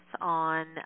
on